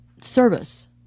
service